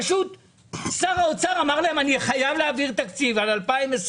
פשוט שר האוצר אמר להם אני חייב להעביר תקציב על 2021,